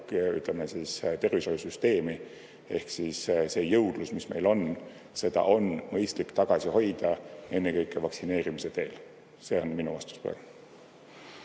tervishoiusüsteemi. Ehk siis seda jõudlust, mis meil on, on mõistlik hoida ennekõike vaktsineerimise teel. See on minu vastus.